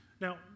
Now